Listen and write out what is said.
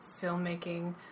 filmmaking